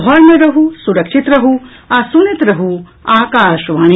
घर मे रहू सुरक्षित रहू आ सुनैत रहू आकाशवाणी